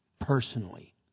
personally